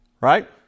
right